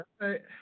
right